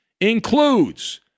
includes